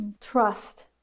trust